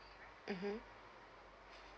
mmhmm